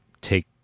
take